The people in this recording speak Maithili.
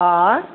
आँय